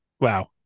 Wow